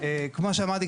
גם כמו שאמרתי,